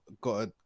got